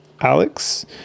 alex